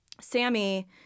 Sammy